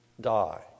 die